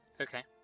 Okay